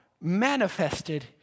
manifested